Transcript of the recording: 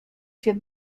się